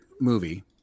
movie